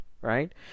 Right